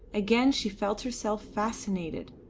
again she felt herself fascinated,